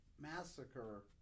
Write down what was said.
Massacre